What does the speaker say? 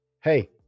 Hey